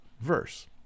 verse